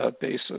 basis